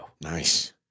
Nice